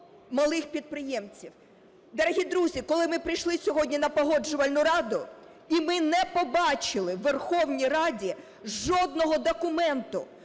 малих підприємців. Дорогі друзі, коли ми прийшли сьогодні на Погоджувальну раду, і ми не побачили у Верховній Раді жодного документа,